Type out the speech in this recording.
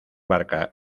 barca